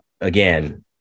again